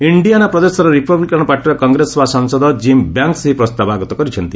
Indiana ପ୍ରଦେଶର Republican ପାର୍ଟିର Congress ସଭା ସାଂସଦ ଜିମ୍ ବ୍ୟାଙ୍କ୍ସ୍ ଏହି ପ୍ରସ୍ତାବ ଆଗତ କରିଛନ୍ତି